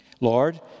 Lord